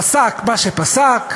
פסק מה שפסק,